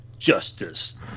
justice